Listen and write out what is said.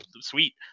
sweet